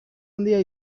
handia